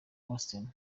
houston